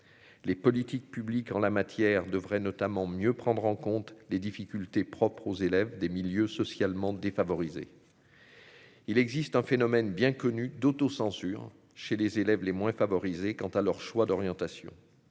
les politiques publiques en la matière devrait notamment mieux prendre en compte les difficultés propres aux élèves des milieux socialement défavorisés, il existe un phénomène bien connu d'autocensure chez les élèves les moins favorisés quant à leur choix d'orientation